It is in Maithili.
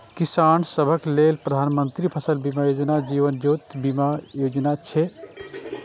किसान सभक लेल प्रधानमंत्री फसल बीमा योजना, जीवन ज्योति बीमा योजना छै